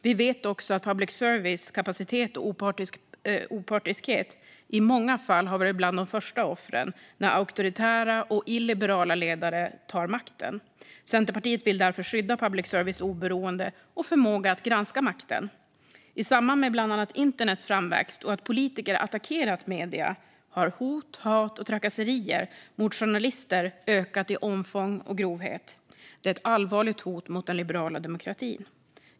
Vi vet också att public services kapacitet och opartiskhet i många fall har varit bland de första offren när auktoritära och illiberala ledare tagit makten. Centerpartiet vill därför skydda public services oberoende och förmåga att granska makten. I samband med bland annat internets framväxt och att politiker attackerat medier har hot, hat och trakasserier mot journalister ökat i omfång och grovhet. Det är ett allvarligt hot mot den liberala demokratin.